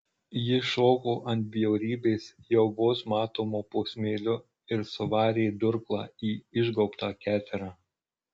ji šoko ant bjaurybės jau vos matomo po smėliu ir suvarė durklą į išgaubtą keterą